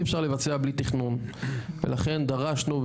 ולכן דרשנו,